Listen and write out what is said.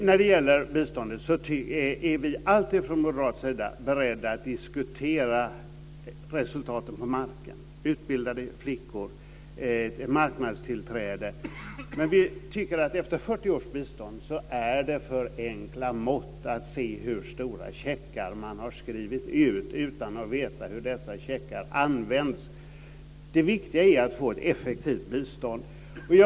När det gäller biståndet är vi alltid från moderat sida beredda att diskutera resultaten på marken - års bistånd tycker vi att det är ett för enkelt mått att se hur stora checkar man har skrivit ut, utan att veta hur dessa checkar använts. Det viktiga är att få ett effektivt bistånd.